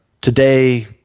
today